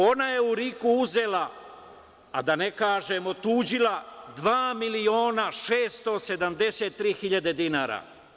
Ona je u RIK-u uzela, a da ne kažem otuđila, dva miliona i 673.000 dinara.